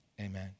amen